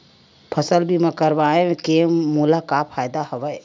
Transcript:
फसल बीमा करवाय के मोला का फ़ायदा हवय?